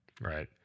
Right